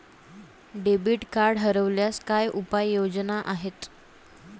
Debit card हरवल्यास काय उपाय योजना आहेत?